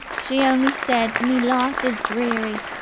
she only said me life is dreary,